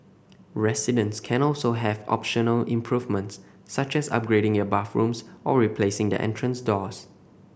residents can also have optional improvements such as upgrading their bathrooms or replacing their entrance doors